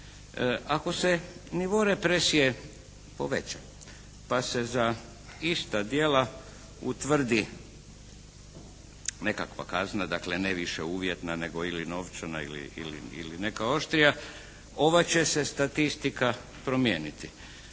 Ako se nivo represije poveća pa se za ista djela utvrdi nekakva kazna. Dakle, ne više uvjetna nego ili novčana ili neka oštrija ova će se statistika promijeniti.